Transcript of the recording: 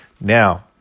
Now